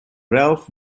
ralph